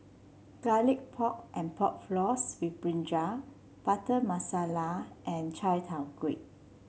Garlic Pork and Pork Floss with brinjal Butter Masala and Chai Tow Kuay